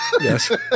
Yes